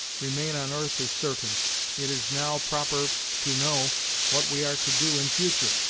remain on earth is certain it is now proper to know what we are to do in future.